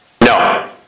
No